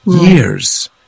Years